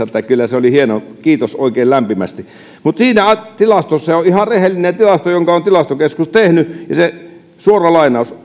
että kyllä se oli hieno kiitos oikein lämpimästi mutta se tilasto on ihan rehellinen tilasto jonka on tilastokeskus tehnyt ja suora lainaus